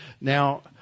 Now